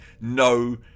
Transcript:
no